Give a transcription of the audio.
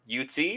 UT